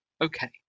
okay